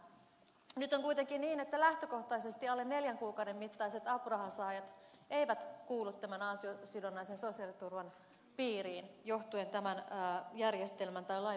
nyt on kuitenkin niin että lähtökohtaisesti alle neljän kuukauden mittaisen apurahan saajat eivät kuulut tämän ansiosidonnaisen sosiaaliturvan piiriin johtuen tämän järjestelmän tai lain puutteista